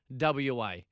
WA